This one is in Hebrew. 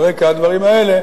על רקע הדברים האלה